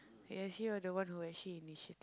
ya actually you are the one who actually initiated